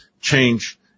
change